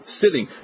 sitting